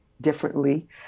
differently